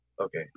Okay